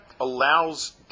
allows